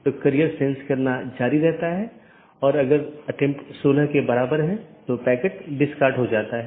विशेषता का संयोजन सर्वोत्तम पथ का चयन करने के लिए उपयोग किया जाता है